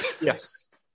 Yes